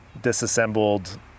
disassembled